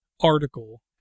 article